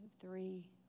three